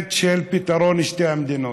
האיוולת של פתרון שתי המדינות.